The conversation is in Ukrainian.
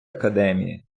академії